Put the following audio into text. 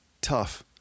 tough